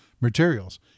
materials